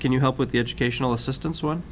can you help with the educational assistance one